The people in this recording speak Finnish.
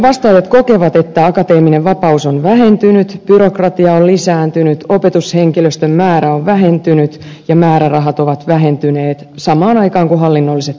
vastaajat kokevat että akateeminen vapaus on vähentynyt byrokratia on lisääntynyt opetushenkilöstön määrä on vähentynyt ja määrärahat ovat vähentyneet samaan aikaan kun hallinnolliset tehtävät vievät enemmän aikaa